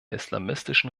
islamistischen